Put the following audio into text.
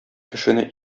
кешене